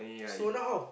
so now how